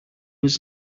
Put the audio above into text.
was